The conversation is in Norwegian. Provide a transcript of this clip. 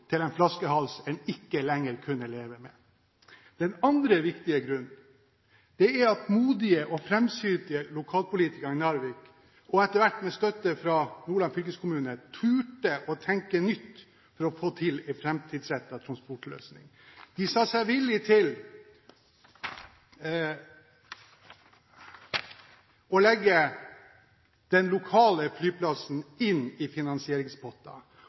til en flaskehals man ikke lenger kunne leve med. Den andre viktige grunnen er at modige og framsynte lokalpolitikere i Narvik – etter hvert med støtte fra Nordland fylkeskommune – torde å tenke nytt for å få til en framtidsrettet transportløsning. De sa seg villige til å legge den lokale flyplassen inn i